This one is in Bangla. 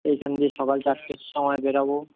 এইখান দিয়ে সকাল চারটের সময় বেরাবো